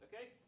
Okay